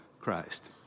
Christ